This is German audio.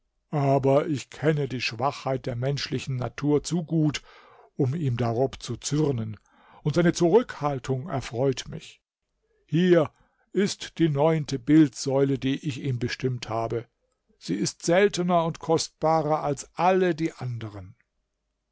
aber ich kenne die schwachheit der menschlichen natur zu gut um ihm darob zu zürnen und seine zurückhaltung erfreut mich hier ist die neunte bildsäule die ich ihm bestimmt habe sie ist seltener und kostbarer als alle die andern